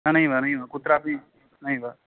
हा नैव नैव कुत्रापि नैव